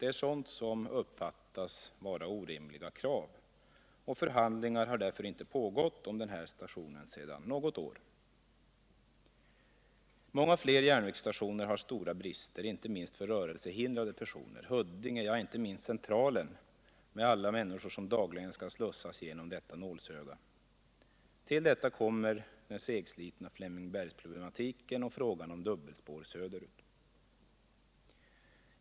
Det är sådant som uppfattas vara orimliga krav. Förhandlingarna om denna station har därför inte pågått sedan något år. Många fler järnvägsstationer har stora brister, inte minst för rörelsehindrade personer, t.ex. Huddinge och inte minst Centralen, med alla människor som dagligen skall slussas genom detta nålsöga. Till detta kommer den segslitna Flemingsbergsproblematiken och frågan om dubbelspår söderut.